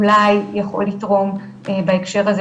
אולי יכול לתרום בהקשר הזה,